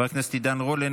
חבר הכנסת מיקי לוי,